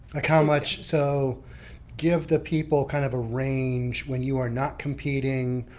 like how much so give the people kind of a range when you are not competing.